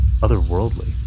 otherworldly